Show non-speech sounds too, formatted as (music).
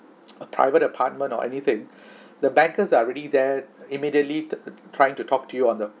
(noise) a private apartment or anything (breath) the bankers are really there immediately tr~ trying to talk to you on the